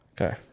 okay